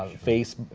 ah face,